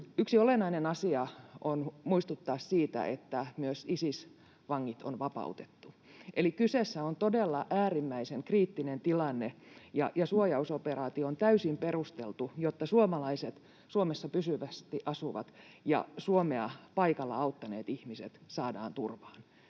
Yksi olennainen asia on muistuttaa siitä, että myös Isis-vangit on vapautettu. Eli kyseessä on todella äärimmäisen kriittinen tilanne, ja suojausoperaatio on täysin perusteltu, jotta suomalaiset, Suomessa pysyvästi asuvat ja Suomea paikalla auttaneet ihmiset saadaan turvaan.